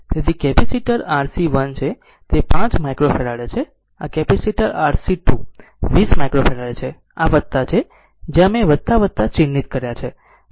તેથી આ capacitor RC 1 છે તે 5 માઇક્રોફેરાડે છે આ કેપેસિટર RC 2 20 માઇક્રોફેરાડે છે અને આ છે જ્યાં મેં ચિહ્નિત કર્યાં છે